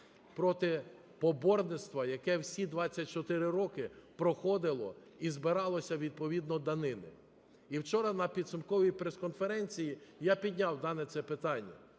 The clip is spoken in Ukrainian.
проти поборництва, яке всі 24 роки проходило і збиралося відповідно данину. І вчора на підсумковій прес-конференції я підняв дане це питання.